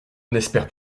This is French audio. n’espère